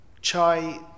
Chai